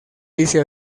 dice